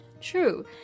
True